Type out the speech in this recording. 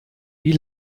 wie